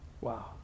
Wow